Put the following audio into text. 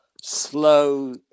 slow